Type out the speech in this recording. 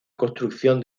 construcción